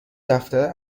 دفتر